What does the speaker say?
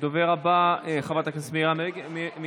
הדובר הבא, חברת הכנסת מירי רגב,